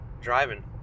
driving